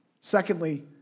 Secondly